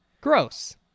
gross